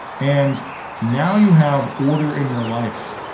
and now you have order in your life,